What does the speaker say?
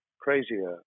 crazier